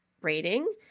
rating